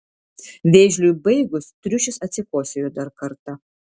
vėžliui baigus triušis atsikosėjo dar kartą